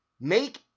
Make